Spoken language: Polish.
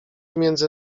między